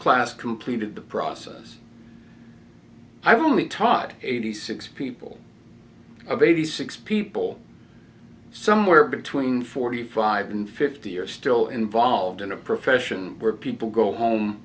class completed the process i've only taught eighty six people of eighty six people somewhere between forty five and fifty years still involved in a profession where people go home